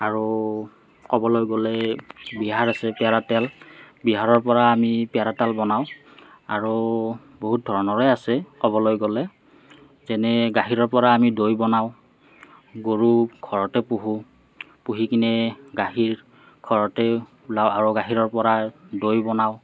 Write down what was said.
আৰু ক'বলৈ গ'লে পেৰা তেল বিহাৰৰ পৰা আমি পেৰা তেল বনাওঁ আৰু বহুত ধৰণৰে আছে ক'বলৈ গ'লে যেনে গাখীৰৰ পৰা আমি দৈ বনাওঁ গৰু ঘৰতে পুহোঁ পুহি কিনে গাখীৰ ঘৰতে ওলাওঁ আৰু গাখীৰৰ পৰা দৈ বনাওঁ